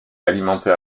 alimentait